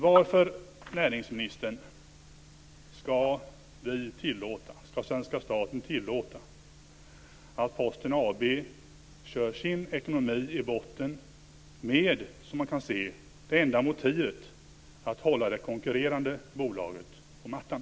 Varför, näringsministern, ska svenska staten tillåta att Posten AB kör sin ekonomi i botten med, som man kan se, det enda motivet att hålla det konkurrerande bolaget på mattan?